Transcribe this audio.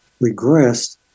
regressed